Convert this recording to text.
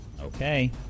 Okay